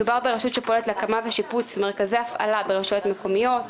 מדובר ברשות שפועלת להקמה ושיפוץ מרכזי הפעלה ברשויות מקומיות,